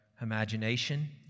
imagination